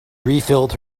refilled